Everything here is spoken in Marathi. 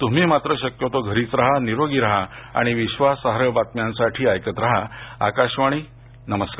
तम्ही मात्र शक्यतो घरीच राहा निरोगी राहा आणि विश्वासार्ह बातम्यांसाठी ऐकत राहा आकाशवाणी नमस्कार